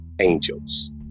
angels